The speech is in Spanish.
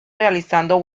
realizando